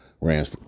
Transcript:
Rams